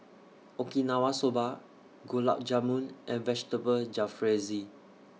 Okinawa Soba Gulab Jamun and Vegetable Jalfrezi